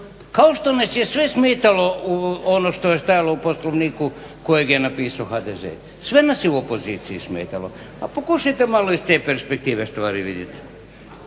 kao što nas je sve smetalo ono što je stajalo u Poslovniku kojeg je napisao HDZ. Sve nas je u opoziciji smetalo. Pa pokušajte malo i iz te perspektive stvari vidjeti.